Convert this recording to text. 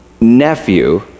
nephew